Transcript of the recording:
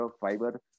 fiber